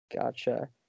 Gotcha